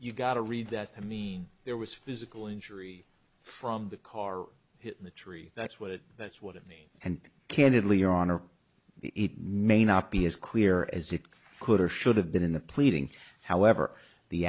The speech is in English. you've got to read that i mean there was physical injury from the car hit the tree that's what that's what i mean and candidly your honor the may not be as clear as it could or should have been in the pleading however the